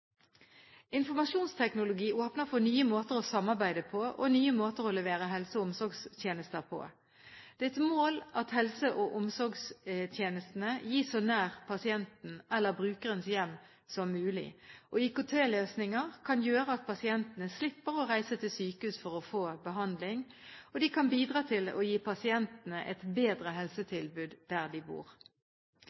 Informasjonsteknologi åpner for nye måter å samarbeide på og nye måter å levere helse- og omsorgstjenester på. Det er et mål at helse- og omsorgstjenester gis så nær pasienten eller brukerens hjem som mulig. IKT-løsninger kan gjøre at pasienter slipper å reise til sykehus for å få behandling, og de kan bidra til å gi pasientene et bedre helsetilbud der de bor.